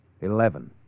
Eleven